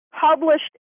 published